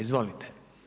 Izvolite.